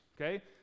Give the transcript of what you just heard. okay